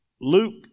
Luke